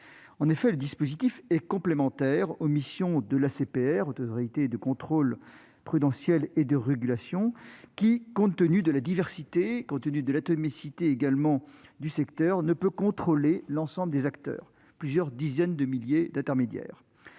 En effet, le dispositif est complémentaire des missions de l'Autorité de contrôle prudentiel et de résolution (ACPR) qui, compte tenu de la diversité et de l'atomicité du secteur, ne peut pas contrôler l'ensemble des acteurs, soit plusieurs dizaines de milliers d'intermédiaires.